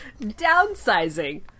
Downsizing